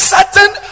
certain